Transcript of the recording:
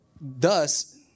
Thus